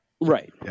Right